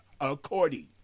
according